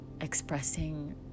expressing